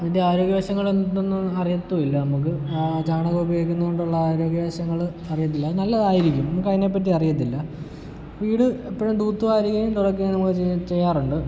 അതിൻ്റെ ആരോഗ്യ വശങ്ങളെന്തെന്ന് അറിയത്തുല്ല നമുക്ക് ചാണകം ഉപയോഗിക്കുന്ന കൊണ്ടുള്ള ആരോഗ്യവശങ്ങൾ അറിയത്തില്ല നല്ലതായിരിക്കും നമുക്ക് അതിനെപ്പറ്റി അറിയത്തില്ല വീട് എപ്പോഴും തുത്തുവാരുകയും തുടക്കുകയും നമ്മൾ ചെയ്യാറുണ്ട്